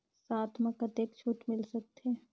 साथ म कतेक छूट मिल सकथे?